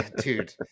Dude